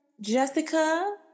Jessica